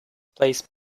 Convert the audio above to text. placed